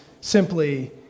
simply